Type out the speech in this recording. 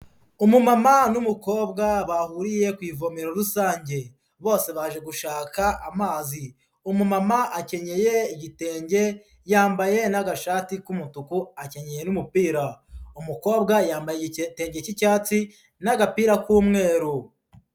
Umumama n'umukobwa bahuriye ku ivomero rusange, bose baje gushaka amazi, umumama akenyeye igitenge yambaye n'agashati k'umutuku, akenyeye n'umupira, umukobwa yambaye igitenge cy'icyatsi n'agapira k'umweru.